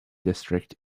district